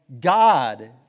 God